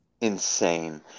insane